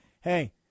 hey